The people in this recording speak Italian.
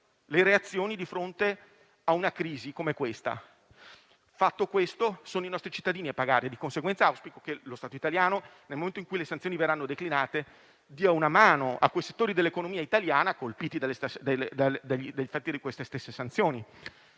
le reazioni di fronte a una crisi del genere. Fatto ciò, sono i nostri cittadini a pagare. Di conseguenza, auspico che lo Stato italiano, nel momento in cui le sanzioni verranno declinate, dia una mano a quei settori dell'economia italiana colpiti dagli effetti di tali sanzioni.